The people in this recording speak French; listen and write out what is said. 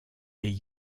est